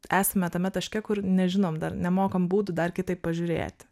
esame tame taške kur nežinom dar nemokam būdų dar kitaip pažiūrėt